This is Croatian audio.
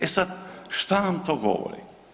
E sad šta nam to govori?